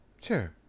Sure